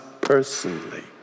personally